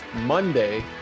Monday